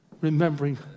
remembering